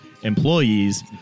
Employees